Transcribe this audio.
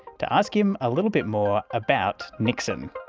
to ask him a little bit more about niksen.